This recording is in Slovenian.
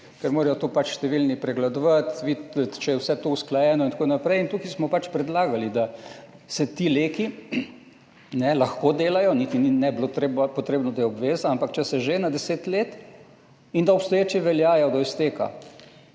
ker morajo to številni pregledovati, videti, ali je vse to usklajeno, in tako naprej. Tukaj smo predlagali, da se ti LEK-i lahko delajo, niti ne bi bilo potrebno, da je obveza, ampak če se že, na 10 let in da obstoječi veljajo do izteka